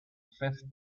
fifth